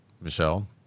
Michelle